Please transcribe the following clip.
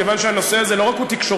כיוון שהנושא הזה הוא לא רק תקשורתי,